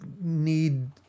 need